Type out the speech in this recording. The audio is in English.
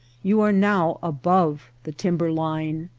you are now above the timber line.